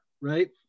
right